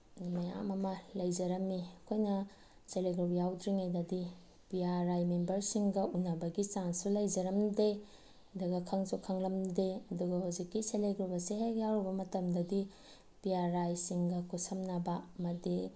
ꯃꯌꯥꯝ ꯑꯃ ꯂꯩꯖꯔꯝꯃꯤ ꯑꯩꯈꯣꯏꯅ ꯁꯦꯜꯐ ꯍꯦꯜꯞ ꯒ꯭ꯔꯨꯞ ꯌꯥꯎꯗ꯭ꯔꯤꯉꯩꯗꯗꯤ ꯄꯤ ꯑꯥꯔ ꯑꯥꯏ ꯃꯦꯝꯕꯔꯁꯤꯡꯒ ꯎꯟꯅꯕꯒꯤ ꯆꯥꯟꯁꯁꯨ ꯂꯩꯖꯔꯝꯗꯦ ꯑꯗꯨꯒ ꯈꯪꯁꯨ ꯈꯪꯂꯝꯗꯦ ꯑꯗꯨꯒ ꯍꯧꯖꯤꯛꯀꯤ ꯁꯦꯜꯐ ꯍꯦꯜꯞ ꯒ꯭ꯔꯨꯞ ꯑꯁꯦ ꯍꯦꯛ ꯌꯥꯎꯔꯨꯕ ꯃꯇꯝꯗꯗꯤ ꯄꯤ ꯑꯥꯔ ꯑꯥꯏꯁꯤꯡꯒ ꯈꯨꯠꯁꯝꯅꯕ ꯑꯃꯗꯤ